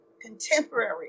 contemporary